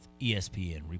ESPN